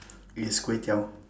is kway teow